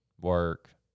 work